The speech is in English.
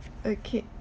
okay